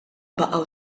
baqgħu